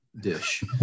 dish